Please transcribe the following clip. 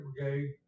brigade